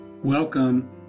Welcome